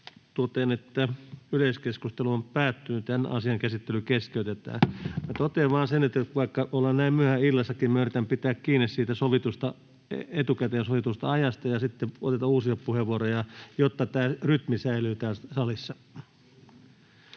ja metsätalousministeriön hallinnonala Time: N/A Content: Totean vain sen, että vaikka ollaan näin myöhään illassa, yritetään pitää kiinni siitä etukäteen sovitusta ajasta ja sitten otetaan uusia puheenvuoroja, jotta tämä rytmi säilyy täällä salissa.